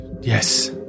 Yes